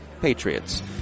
patriots